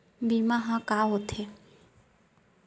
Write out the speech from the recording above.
बीमा ह का होथे?